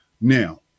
Now